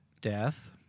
death